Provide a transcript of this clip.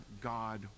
God